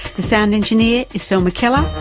the sound engineer is phil mckellar.